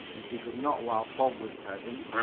and she could not while bob was present.